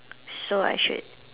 so I should